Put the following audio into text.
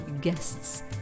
guests